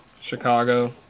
Chicago